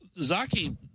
Zaki